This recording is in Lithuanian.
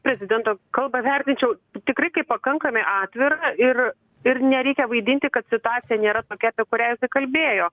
prezidento kalbą vertinčiau tikrai kaip pakankami atvirą ir ir nereikia vaidinti kad situacija nėra tokia apie kurią kalbėjo